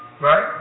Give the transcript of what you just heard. Right